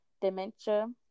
dementia